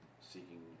seeking